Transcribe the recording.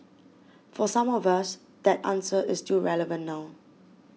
for some of us that answer is still relevant now